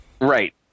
Right